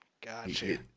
Gotcha